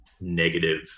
negative